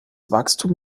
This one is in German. wachstum